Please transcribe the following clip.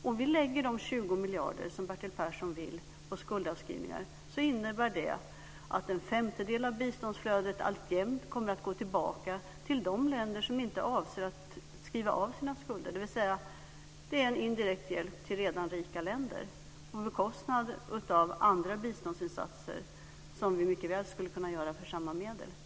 Att, som Bertil Persson vill, lägga 20 miljarder på skuldavskrivningar innebär att en femtedel av biståndsflödet alltjämt kommer att gå tillbaka till de länder som inte avser att skriva av u-ländernas skulder. Det blir alltså en indirekt hjälp till redan rika länder, på bekostnad av andra biståndsinsatser som vi mycket väl skulle kunna göra för samma medel.